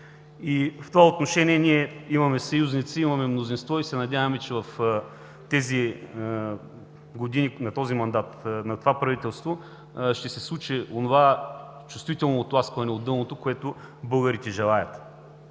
В това отношение имаме съюзници, имаме мнозинство и се надяваме, че в годините на този мандат, на това правителство ще се случи онова чувствително оттласкване от дъното, което българите желаят.